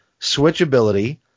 switchability